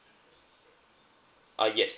uh yes